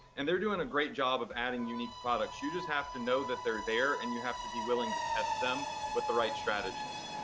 and they're doing a great job of adding unique products. you just have to know that they're there and you have to be willing to test them with the right strategies.